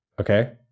okay